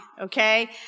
okay